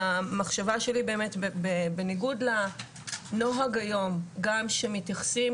המחשבה שלי באמת בניגוד לנוהג היום שמתייחסים